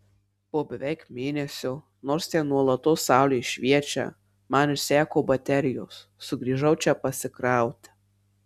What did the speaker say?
po beveik mėnesio nors ten nuolatos saulė šviečia man išseko baterijos sugrįžau čia pasikrauti